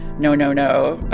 no, no, no,